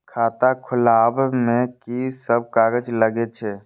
खाता खोलाअब में की सब कागज लगे छै?